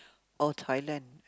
or Thailand